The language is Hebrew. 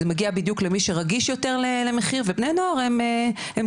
זה מגיע בדיוק למי שרגיש יותר למחיר ובני נוער הם כאלה,